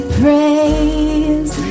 praise